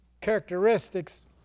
characteristics